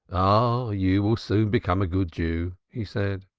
ah, you will soon become a good jew, he said.